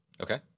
Okay